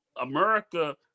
America